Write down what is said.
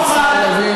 שוחד, השר לוין.